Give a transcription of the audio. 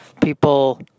people